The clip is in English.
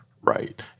right